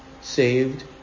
saved